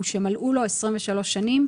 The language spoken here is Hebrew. ושמלאו לו 23 שנים",